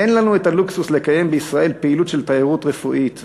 אין לנו הלוקסוס לקיים בישראל פעילות של תיירות רפואית,